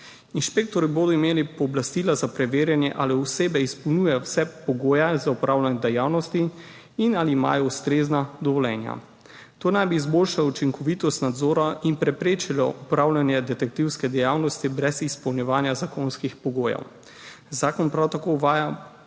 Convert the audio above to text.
Inšpektorji bodo imeli pooblastila za preverjanje, ali osebe izpolnjujejo vse pogoje za opravljanje dejavnosti in ali imajo ustrezna dovoljenja. To naj bi izboljšalo učinkovitost nadzora in preprečilo opravljanje detektivske dejavnosti brez izpolnjevanja zakonskih pogojev. Zakon prav tako uvaja